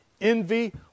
envy